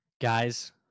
Guys